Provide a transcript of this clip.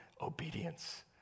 obedience